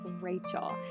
Rachel